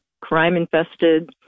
crime-infested